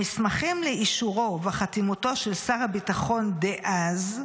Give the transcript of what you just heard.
המסמכים לאישורו וחתימתו של שר הביטחון דאז,